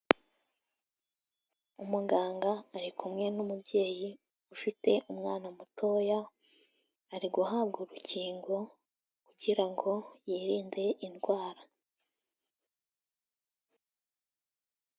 Umuganga ari kumwe n'umubyeyi ufite umwana mutoya, ari guhabwa urukingo kugira ngo yirinde indwara.